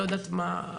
לא יודעת מה,